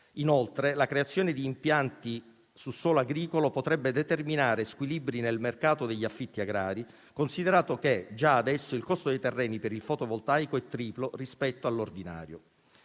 Inoltre, la creazione di impianti sul suolo agricolo potrebbe determinare squilibri nel mercato degli affitti agrari, considerato che già adesso il costo dei terreni per il fotovoltaico è triplo rispetto all'ordinario.